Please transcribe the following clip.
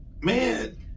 man